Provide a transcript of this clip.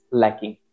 lacking